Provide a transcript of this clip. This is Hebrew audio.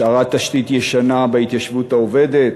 השארת תשתית ישנה בהתיישבות העובדת,